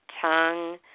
tongue